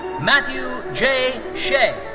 matthew j. shay.